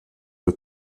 der